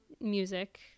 music